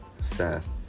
Seth